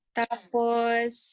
tapos